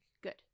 Good